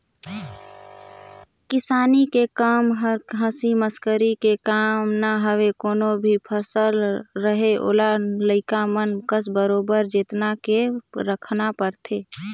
किसानी के कम हर हंसी मसकरी के काम न हवे कोनो भी फसल रहें ओला लइका मन कस बरोबर जेतना के राखना परथे